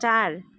चार